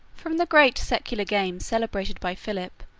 from the great secular games celebrated by philip,